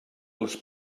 les